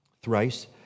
Thrice